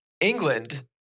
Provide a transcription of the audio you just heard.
England